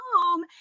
home